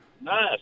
Nice